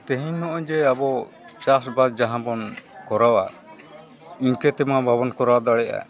ᱛᱮᱦᱮᱧ ᱱᱚᱜᱼᱚᱸᱭ ᱡᱮ ᱟᱵᱚ ᱪᱟᱥᱵᱟᱥ ᱡᱟᱦᱟᱸ ᱵᱚᱱ ᱠᱚᱨᱟᱣᱟ ᱤᱱᱠᱟᱹ ᱛᱮ ᱱᱚᱣᱟ ᱵᱟᱵᱚᱱ ᱠᱚᱨᱟᱣ ᱫᱟᱲᱮᱭᱟᱜᱼᱟ